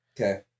Okay